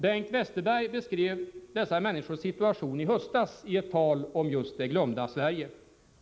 Bengt Westerberg beskrev dessa människors situation i höstas i ett tal om just det glömda Sverige.